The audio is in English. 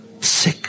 Sick